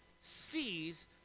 sees